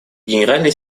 генеральный